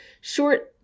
Short